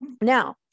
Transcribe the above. Now